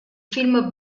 film